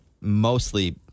mostly